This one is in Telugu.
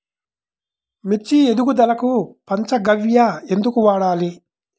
మిర్చి ఎదుగుదలకు పంచ గవ్య ఎందుకు వాడాలి?